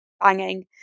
banging